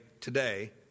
today